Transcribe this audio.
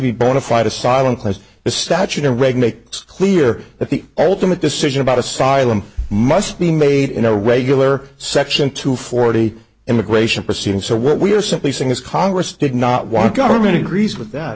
be bona fide asylum claims the statute or reg makes clear that the ultimate decision about asylum must be made in a regular section two forty immigration proceeding so what we're simply saying is congress did not want government agrees with that